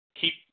keep